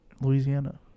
Louisiana